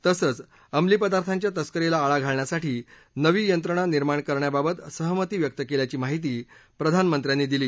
तसंच अंमली पदार्थांच्या तस्करीला आळा घालण्यासाठी नवी यंत्रणा निर्माण करण्याबाबत सहमती व्यक्त केल्याची माहिती प्रधानमंत्र्यांनी दिली